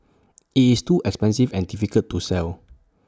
IT is too expensive and difficult to sell